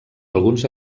alguns